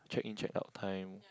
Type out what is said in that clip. check in check out time